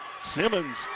Simmons